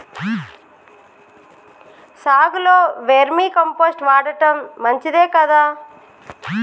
సాగులో vermicompost వాడటం మంచిదే కదా?